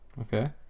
okay